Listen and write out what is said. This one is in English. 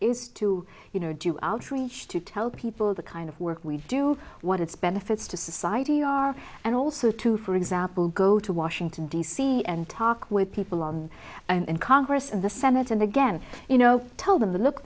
is to you know do outreach to tell people the kind of work we do what its benefits to society are and also to for example go to washington d c and talk with people on and congress in the senate and again you know tell them look